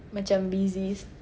macam busy